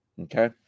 Okay